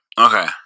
Okay